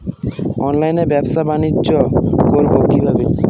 অনলাইনে ব্যবসা বানিজ্য করব কিভাবে?